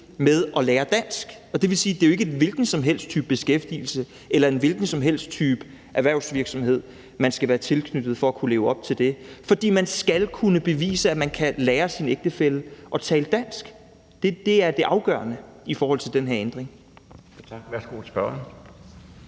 med at lære dansk. Det vil sige, det jo ikke er en hvilken som helst type beskæftigelse eller en hvilken som helst type erhvervvirksomhed, man skal være tilknyttet for at kunne leve op til det. For man skal kunne bevise, at man kan lære sin ægtefælle at tale dansk. Det er det afgørende i forhold til den her ændring. Kl. 12:13 Den